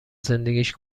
زندگیش